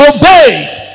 obeyed